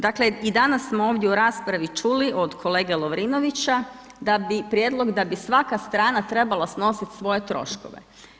Dakle, i danas smo ovdje u raspravi čuli od kolege Lovrinovića da bi prijedlog da bi svaka strana trebala snositi svoje troškove.